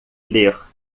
ler